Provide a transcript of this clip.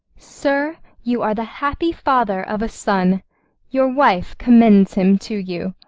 sir, you are the happy father of a son your wife commends him to you.